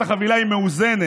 עסקת חבילה מאוזנת,